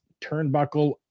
turnbuckle